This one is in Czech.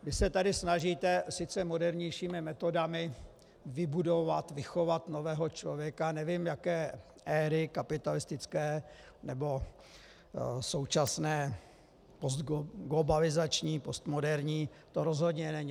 Vy se tady snažíte sice modernějšími metodami vychovat nového člověka, nevím, jaké éry, kapitalistické nebo současné postglobalizační, postmoderní to rozhodně není.